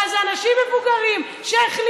אבל אלה אנשים מבוגרים שהחליטו.